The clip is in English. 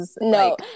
No